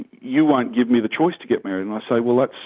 you won't give me the choice to get married', and i say, well, that's,